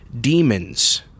demons